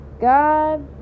God